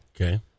Okay